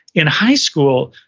in high school,